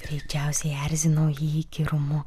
greičiausiai erzinau jį įkyrumu